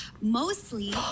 mostly